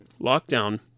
lockdown